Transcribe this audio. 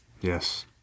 Yes